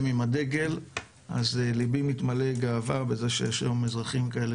עם הדגל אז ליבי מתמלא גאווה בזה שיש היום אזרחים כאלה